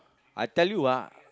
I tell you ah